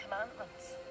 Commandments